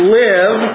live